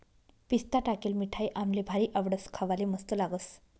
पिस्ता टाकेल मिठाई आम्हले भारी आवडस, खावाले मस्त लागस